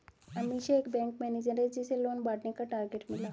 अमीषा एक bank manager है जिसे लोन बांटने का टारगेट मिला